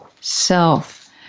self